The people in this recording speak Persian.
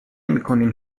میکنیم